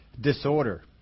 disorder